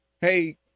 hey